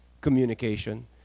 communication